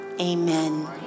Amen